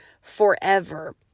forever